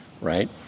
right